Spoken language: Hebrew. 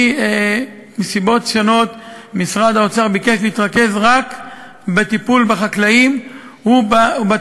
כי מסיבות שונות משרד האוצר ביקש להתרכז רק בטיפול בחקלאים ובתוצרת,